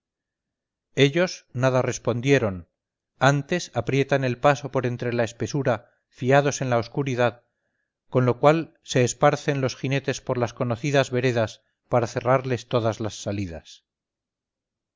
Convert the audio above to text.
ellos nada respondieron antes aprietan el paso por entre la espesura fiados en la oscuridad con lo cual de esparcen los jinetes por las conocidas veredas para cerrarles todas las salidas